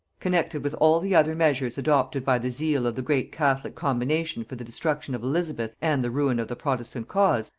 connected with all the other measures adopted by the zeal of the great catholic combination for the destruction of elizabeth and the ruin of the protestant cause,